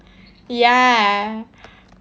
ya